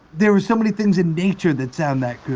there's so many things in nature that sound that good,